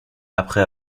après